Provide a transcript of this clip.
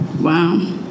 Wow